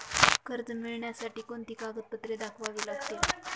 कर्ज मिळण्यासाठी कोणती कागदपत्रे दाखवावी लागतील?